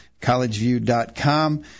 collegeview.com